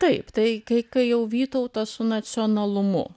taip tai kai kai jau vytautas su nacionalumu